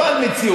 לא על מציאות,